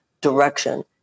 direction